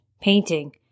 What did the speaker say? painting